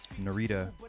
Narita